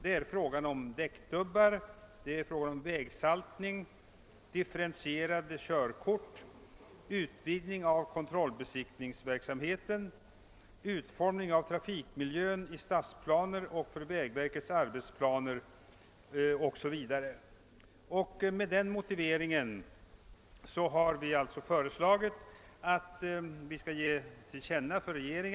Ett stort antal motioner som behandlar trafiksäkerheten avlämnas till riksdagen varje år. Många av dessa motioner utmynnar i en hemställan om utredning.